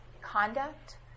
conduct